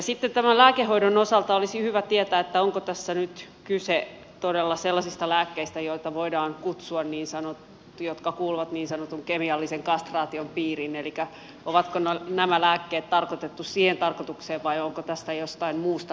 sitten tämän lääkehoidon osalta olisi hyvä tietää onko tässä nyt kyse todella sellaisista lääkkeistä joita voidaan kutsua niin sanottu jotka kuuluvat niin sanotun kemiallisen kastraation piiriin elikkä onko nämä lääkkeet tarkoitettu siihen tarkoitukseen vai onko tässä jostain muusta lääkehoidosta kyse